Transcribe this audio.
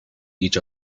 each